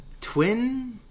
Twin